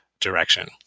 direction